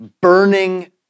burning